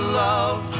love